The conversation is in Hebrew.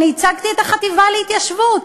אני ייצגתי את החטיבה להתיישבות.